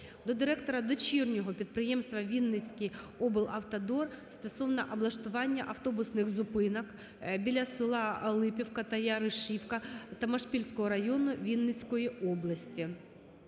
до директора Дочірнього підприємства "Вінницький облавтодор" стосовно облаштування автобусних зупинок біля села Липівка та Яришівка Томашпільського району Вінницької області.